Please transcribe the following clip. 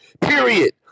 Period